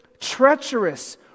treacherous